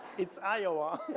it's iowa.